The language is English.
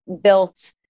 built